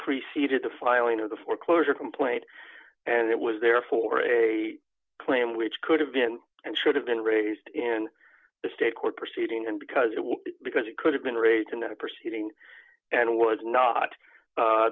preceded the filing of the foreclosure complaint and it was therefore a claim which could have been and should have been raised in the state court proceeding and because it was because it could have been raised in a proceeding d and was not